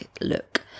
look